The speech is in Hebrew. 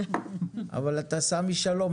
אבל אתה סמי שלום,